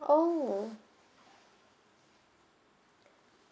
oh